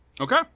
Okay